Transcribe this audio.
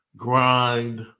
grind